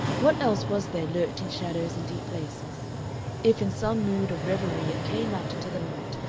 what else was there lurked in shadows and deep places if in some mood of reverie it came out into the light,